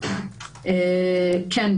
כן,